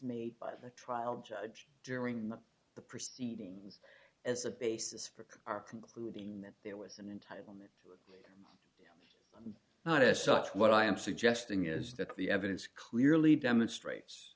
made by the trial judge during the proceedings as a basis for our concluding that there was an entitlement but as such what i am suggesting is that the evidence clearly demonstrates